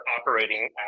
operating